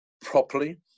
properly